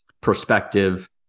perspective